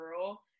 girl